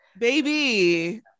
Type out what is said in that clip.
Baby